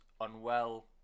unwell